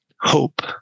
hope